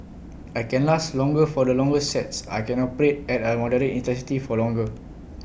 I can last longer for the longer sets I can operate at A moderate intensity for longer